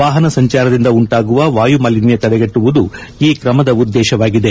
ವಾಹನ ಸಂಚಾರದಿಂದ ಉಂಟಾಗುವ ವಾಯುಮಾಲಿನ್ನ ತಡೆಗಟ್ಟುವುದು ಈ ಕ್ರಮದ ಉದ್ದೇಶವಾಗಿದೆ